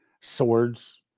swords